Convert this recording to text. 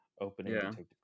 opening